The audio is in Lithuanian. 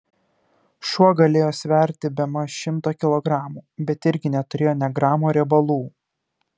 šuo galėjo sverti bemaž šimtą kilogramų bet irgi neturėjo nė gramo riebalų